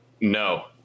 no